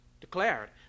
declared